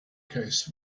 case